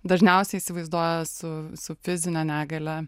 dažniausiai įsivaizduoja su su fizine negalia